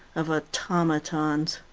of automatons.